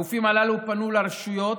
הגופים הללו פנו לרשויות,